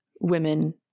women